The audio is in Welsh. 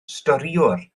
storïwr